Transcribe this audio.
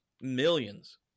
millions